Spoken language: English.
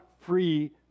free